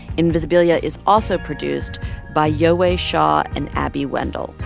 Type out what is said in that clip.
invisibila is also produced by yowei shaw and abby wendle.